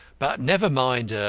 but never mind her.